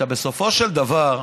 בסופו של דבר,